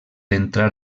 entrar